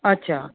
अच्छा